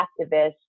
activists